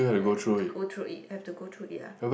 go through it have to go through it ah